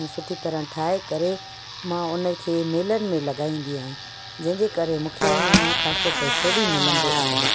ऐं सुठी तरह ठाए करे मां उन खे मेलनि में लॻाईंदी आहे जंहिंजे करे मूंखे उन मां ख़ासो पैसो बि मिलंदो आहे